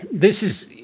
this is